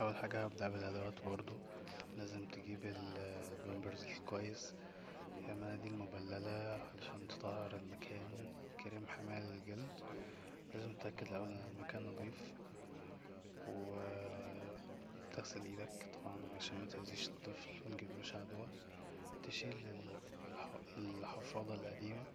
اول حاجة هبدا بالادوات بردو لازم تجيب البامبرز الكويس ومناديل مبللة عشان تطهر المكان وكريم حماية للجلد, لازم تتأكد بقا ان المكان نضيف و تغسل ايدك طبعا عشان متأذيش الطفل وماتجيبلوش عدوة, تشيل الحفاضه القديمه